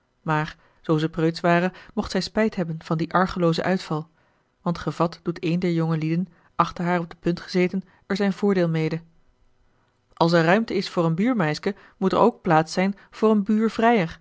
maar zoo ze preutsch ware mocht zij spijt hebben van dien argeloozen uitval want gevat doet een dier jongelieden achter haar op de punt gezeten er zijn voordeel mede als er ruimte is voor een buurmeiske moet er ook plaats zijn voor een